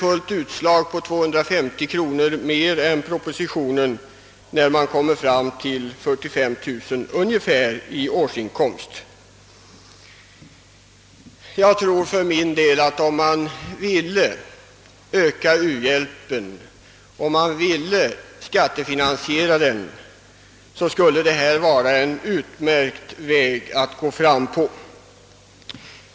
Fullt utslag med 250 kronor mer än enligt propositionen, blir det när man når ungefär 45 000 kronors årsinkomst. Om man ville öka u-hjälpen och ville skattefinansiera den, skulle detta enligt min mening vara en utmärkt väg att gå fram på.